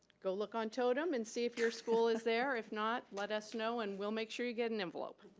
go look on totem and see if your school is there. if not, let us know, and we'll make sure you get an envelope.